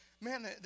man